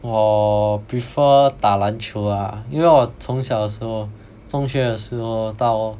我 prefer 打篮球 ah 因为我从小的时候中学的时候到